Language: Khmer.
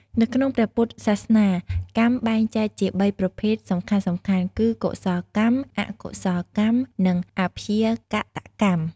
នៅក្នុងព្រះពុទ្ធសាសនា កម្មបែងចែកជាបីប្រភេទសំខាន់ៗគឺ កុសលកម្ម អកុសលកម្ម និងអព្យាកតកម្ម ។